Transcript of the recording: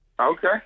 Okay